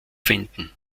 finden